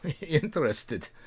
Interested